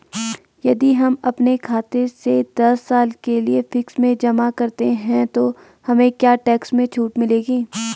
यदि हम अपने खाते से दस साल के लिए फिक्स में जमा करते हैं तो हमें क्या टैक्स में छूट मिलेगी?